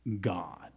God